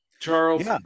Charles